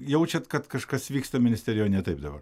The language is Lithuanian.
jaučiat kad kažkas vyksta ministerijoj ne taip dabar